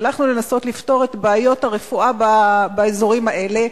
והלכנו לנסות לפתור את בעיות הרפואה באזורים האלה.